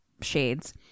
shades